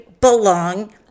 belong